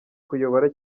kuyobora